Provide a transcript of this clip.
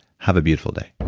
have a beautiful day